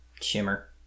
Shimmer